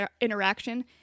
interaction